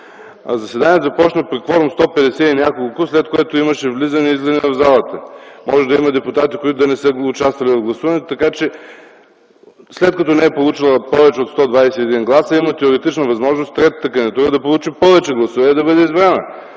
Заседанието започна при кворум 150 и няколко, след което имаше влизания, излизания от залата, може да има депутати, които да не са участвали в гласуването, така че след като не е получила повече от 121 гласа, има теоретична възможност третата кандидатура да получи повече гласове и да бъде избрана.